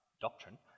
doctrine